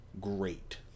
great